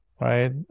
right